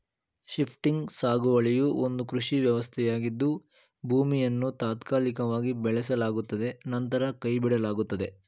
shifting ಸಾಗುವಳಿಯು ಒಂದು ಕೃಷಿ ವ್ಯವಸ್ಥೆಯಾಗಿದ್ದು ಭೂಮಿಯನ್ನು ತಾತ್ಕಾಲಿಕವಾಗಿ ಬೆಳೆಸಲಾಗುತ್ತದೆ ನಂತರ ಕೈಬಿಡಲಾಗುತ್ತದೆ